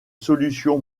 solution